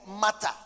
matter